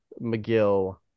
McGill